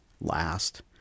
last